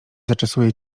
zaczesuje